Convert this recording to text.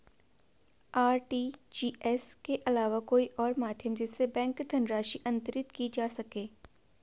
RTGS के अलावा कोई और माध्यम जिससे बैंक धनराशि अंतरित की जा सके?